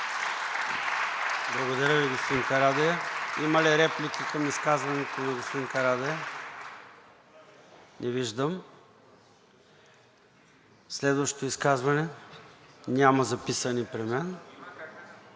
Благодаря Ви, господин Карадайъ. Има ли реплики към изказването на господин Карадайъ? Не виждам. Следващото изказване – няма записани при мен.